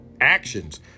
actions